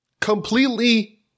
completely